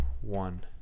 one